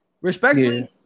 respectfully